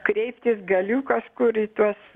kreiptis galiu kažkur į tuos